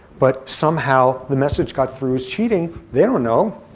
but somehow the message got through as cheating, they don't know.